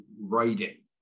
writing